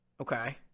Okay